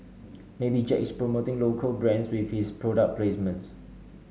maybe Jack is promoting local brands with his product placements